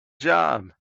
job